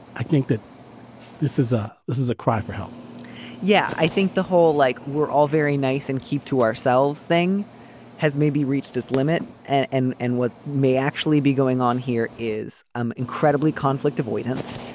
i think that this is a this is a cry for help yeah. i think the whole like we're all very nice and keep to ourselves thing has maybe reached its limit. and and and what may actually be going on here is i'm incredibly conflict avoidant.